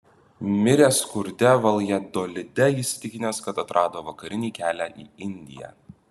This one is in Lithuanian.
mirė skurde valjadolide įsitikinęs kad atrado vakarinį kelią į indiją